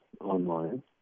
online